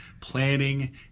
planning